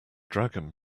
dragon